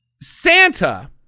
Santa